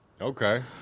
Okay